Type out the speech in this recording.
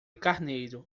carneiro